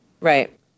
Right